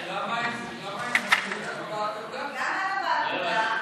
למה אין הבעת עמדה?